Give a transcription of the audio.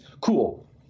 cool